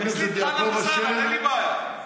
תגיד אהלן וסהלן, אין לי בעיה.